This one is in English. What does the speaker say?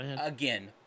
again